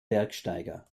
bergsteiger